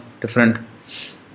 different